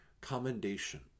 commendation